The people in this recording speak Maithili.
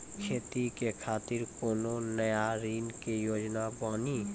खेती के खातिर कोनो नया ऋण के योजना बानी?